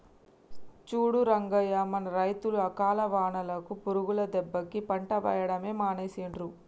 చూడు రంగయ్య మన రైతులు అకాల వానలకు పురుగుల దెబ్బకి పంట వేయడమే మానేసిండ్రు